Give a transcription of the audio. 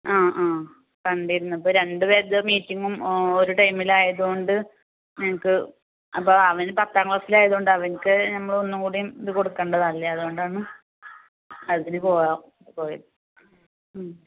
ആ ആ കണ്ടിരുന്നു ഇപ്പം രണ്ടുപേരുടേം മീറ്റിങ്ങും ഒരു ടൈമിലായതുകൊണ്ട് എനിക്ക് അപ്പോൾ അവന് പത്താം ക്ലാസ്സിലായതുകൊണ്ട് അവന്ക്ക് നമ്മൾ ഒന്നുംക്കൂടി ഇത് കൊടുക്കേണ്ടതല്ലേ അത്കൊണ്ടാണ് അതിനു പോവ പോയത്